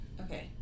Okay